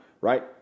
Right